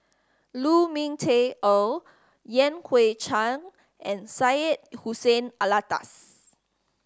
Lu Ming Teh Earl Yan Hui Chang and Syed Hussein Alatas